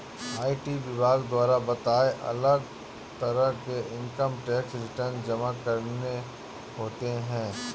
IT विभाग द्वारा बताए, अलग तरह के इन्कम टैक्स रिटर्न जमा करने होते है